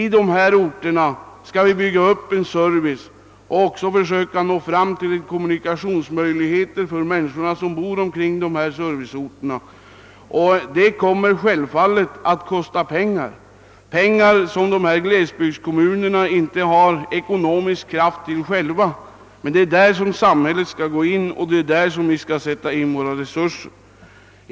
På dessa centralorter bör vi sedan bygga ut servicen och skapa kommunikationsmöjligheter för människorna som bor omkring serviceorterna. Detta kommer självfallet att kosia pengar — pengar som glesbygdskommunerna inte har tillräckligt underlag för att själva skaffa fram. Där måste samhället gå in och där skall vi sätta in våra resurser.